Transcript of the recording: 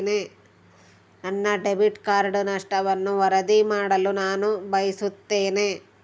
ನನ್ನ debit card ನಷ್ಟವನ್ನು ವರದಿ ಮಾಡಲು ನಾನು ಬಯಸುತ್ತೇನೆ